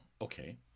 okay